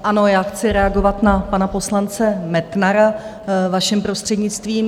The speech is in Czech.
Ano, já chci reagovat na pana poslance Metnara, vaším prostřednictvím.